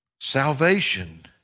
salvation